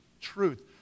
truth